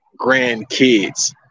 grandkids